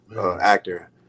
actor